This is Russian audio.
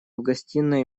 гостиной